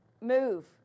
move